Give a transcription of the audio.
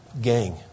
gang